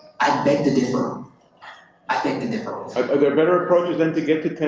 i beg to differ i beg to differ. are there better approaches, then, to get to ten